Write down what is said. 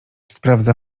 sprawdza